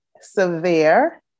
severe